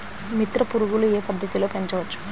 మిత్ర పురుగులు ఏ పద్దతిలో పెంచవచ్చు?